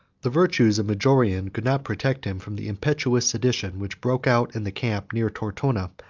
the virtues of majorian could not protect him from the impetuous sedition, which broke out in the camp near tortona,